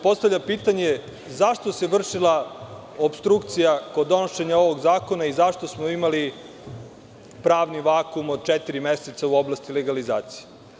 Postavlja se pitanje zašto se vršila opstrukcija kod donošenja ovog zakona i zašto smo imali pravni vakum od četiri meseca u oblasti legalizacije?